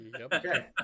Okay